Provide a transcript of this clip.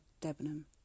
Debenham